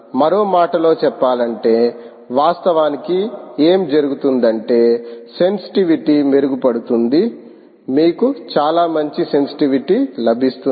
మరో మాటలో చెప్పాలంటే వాస్తవానికి ఏమి జరుగుతుందంటే సెన్సిటివిటీ మెరుగుపడుతుంది మీకు చాలా మంచి సెన్సిటివిటీ లభిస్తుంది